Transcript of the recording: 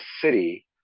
city